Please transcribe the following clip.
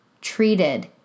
treated